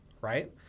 right